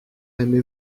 aimez